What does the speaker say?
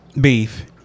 Beef